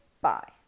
Bye